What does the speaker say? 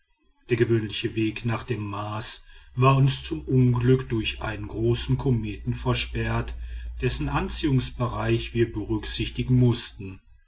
der gewöhnliche weg nach dem mars war uns zum unglück durch einen großen kometen versperrt dessen anziehungsbereich wir berücksichtigen mußten